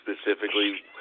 specifically